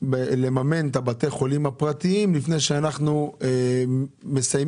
לממן את בתי החולים הפרטיים לפני שאנחנו מסיימים